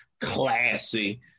classy